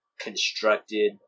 constructed